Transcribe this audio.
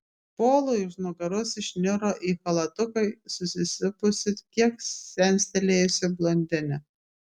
polui už nugaros išniro į chalatuką susisupusi kiek senstelėjusi blondinė